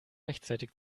rechtzeitig